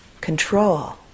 control